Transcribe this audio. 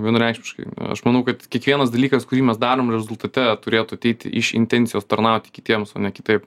vienareikšmiškai aš manau kad kiekvienas dalykas kurį mes darom rezultate turėtų ateiti iš intencijos tarnauti kitiems o ne kitaip